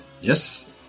Yes